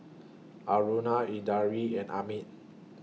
Aruna Indranee and Amit